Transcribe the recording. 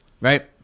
right